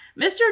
Mr